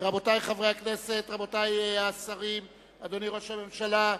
רבותי חברי הכנסת, רבותי השרים, אדוני ראש הממשלה,